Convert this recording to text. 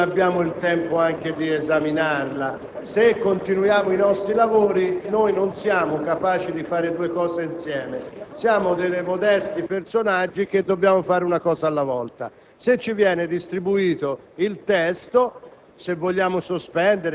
distribuzione del testo non è sufficiente se non abbiamo il tempo anche di esaminarlo. Se continuiamo i nostri lavori, non siamo capaci di fare due cose insieme: siamo modesti personaggi e possiamo fare una cosa alla volta.